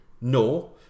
No